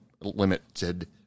limited